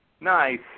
Nice